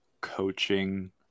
coaching